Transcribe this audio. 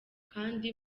kandi